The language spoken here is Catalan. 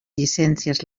llicències